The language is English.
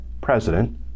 president